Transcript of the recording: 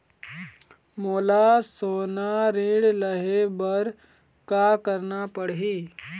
मोला सोना ऋण लहे बर का करना पड़ही?